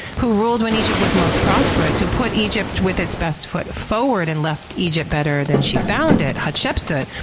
who ruled when egypt was most prosperous, who put egypt with its best foot forward and left egypt better than she found it, hatshepsut,